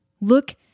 Look